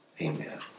amen